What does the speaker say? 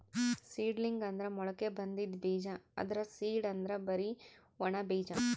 seedling ಅಂದ್ರ ಮೊಳಕೆ ಬಂದಿದ್ ಬೀಜ, ಆದ್ರ್ ಸೀಡ್ ಅಂದ್ರ್ ಬರಿ ಒಣ ಬೀಜ